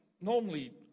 normally